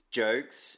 jokes